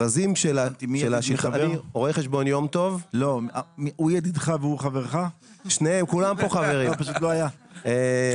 אני רוצה לחדד עניין שמתחבר גם למה שאמר מאיר וגם למה שאמר אבי.